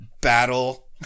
battle